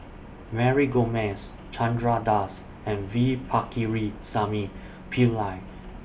Mary Gomes Chandra Das and V Pakirisamy Pillai